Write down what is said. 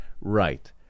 right